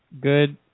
good